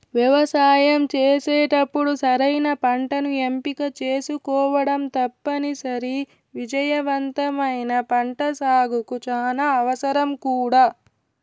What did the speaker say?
వ్యవసాయం చేసేటప్పుడు సరైన పంటను ఎంపిక చేసుకోవటం తప్పనిసరి, విజయవంతమైన పంటసాగుకు చానా అవసరం కూడా